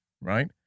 right